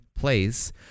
place